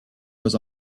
was